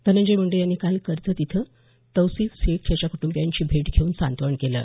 धनंजय मुंडे यांनी काल कर्जत इथं तौसीफ शेख याच्या कुटुंबियांची भेट घेउन सांत्वन केलं